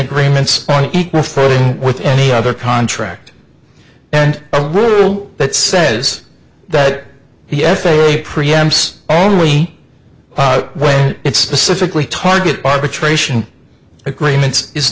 agreements on equal footing with any other contract and a rule that says that he f a a pre amps only way it specifically target arbitration agreements is